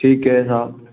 ठीक है हाँ